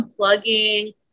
unplugging